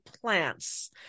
plants